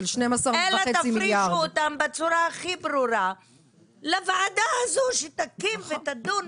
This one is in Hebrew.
אלא תפרישו אותם בצורה הכי ברורה לוועדה הזו שתקום ותדון.